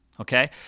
okay